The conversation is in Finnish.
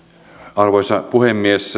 arvoisa puhemies